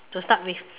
to start with